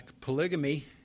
polygamy